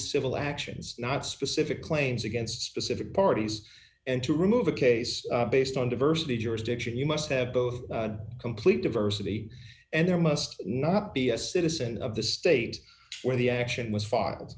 civil actions not specific claims against specific parties and to remove a case based on diversity jurisdiction you must have both complete diversity and there must not be a citizen of the state where the action was file